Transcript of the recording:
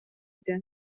этэ